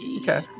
Okay